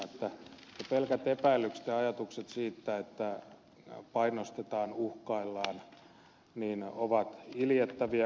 jo pelkät epäilykset ja ajatukset siitä että painostetaan uhkaillaan ovat iljettäviä kansanvallassa